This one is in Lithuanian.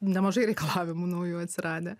nemažai reikalavimų naujų atsiradę